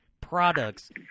products